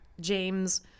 James